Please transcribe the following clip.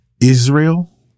Israel